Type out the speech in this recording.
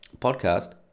podcast